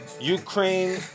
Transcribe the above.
Ukraine